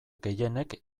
gehienek